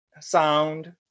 sound